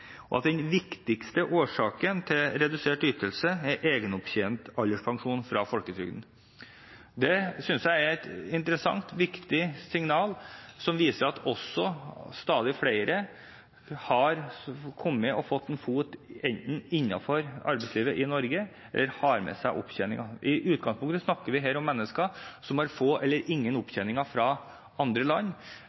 Den viktigste årsaken til redusert ytelse er egenopptjent alderspensjon fra folketrygden. Det synes jeg er et interessant og viktig signal, som viser at stadig flere har kommet og enten fått en fot innenfor arbeidslivet i Norge, eller har med seg opptjeninger. I utgangspunktet snakker vi her om mennesker som har få eller ingen opptjeninger fra andre land.